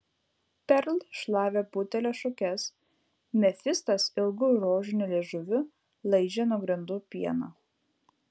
perl šlavė butelio šukes mefistas ilgu rožiniu liežuviu laižė nuo grindų pieną